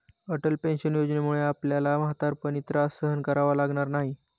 Atal pension योजनेमुळे आपल्याला म्हातारपणी त्रास सहन करावा लागणार नाही